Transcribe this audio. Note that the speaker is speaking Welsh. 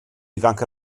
ifanc